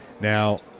Now